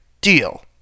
Deal